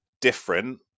different